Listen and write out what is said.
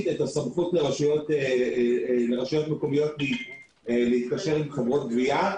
את הסמכות לרשויות מקומיות להתקשר עם חברות גבייה.